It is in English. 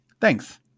Thanks